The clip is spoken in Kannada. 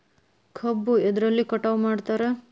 ಕಬ್ಬು ಎದ್ರಲೆ ಕಟಾವು ಮಾಡ್ತಾರ್?